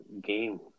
game